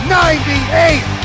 98